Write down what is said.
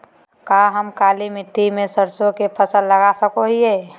का हम काली मिट्टी में सरसों के फसल लगा सको हीयय?